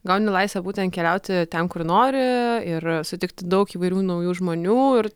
gauni laisvę būtent keliauti ten kur nori ir sutikti daug įvairių naujų žmonių ir